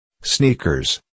sneakers